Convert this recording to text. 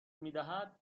میدهد